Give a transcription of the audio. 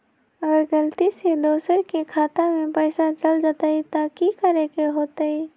अगर गलती से दोसर के खाता में पैसा चल जताय त की करे के होतय?